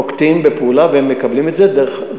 נוקטים פעולה והם מקבלים את זה דרך,